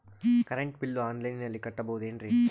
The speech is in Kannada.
ಕರೆಂಟ್ ಬಿಲ್ಲು ಆನ್ಲೈನಿನಲ್ಲಿ ಕಟ್ಟಬಹುದು ಏನ್ರಿ?